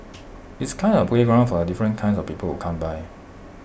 it's kind of A playground for the different kinds of people who come by